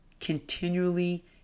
continually